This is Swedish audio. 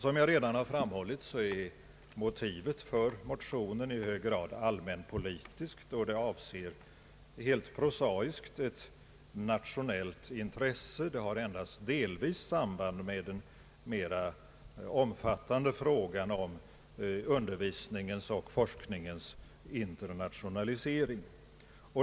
Som jag redan framhållit är motivet för motionen i hög grad allmänpolitiskt, då det helt prosaiskt avser ett nationellt intresse. Det har endast delvis samband med den mera omfattande frågan om undervisningens och forskningens internationalisering.